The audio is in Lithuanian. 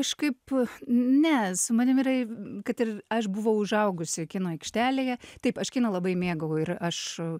kažkaip ne su manim yra iv kad ir aš buvau užaugusi kino aikštelėje taip aš kiną labai mėgau ir aš u